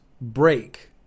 break